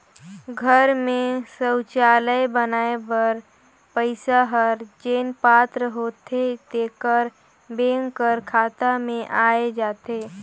घर में सउचालय बनाए बर पइसा हर जेन पात्र होथे तेकर बेंक कर खाता में आए जाथे